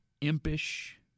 impish